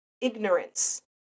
ignorance